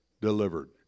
delivered